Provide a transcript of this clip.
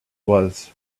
was